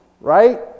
right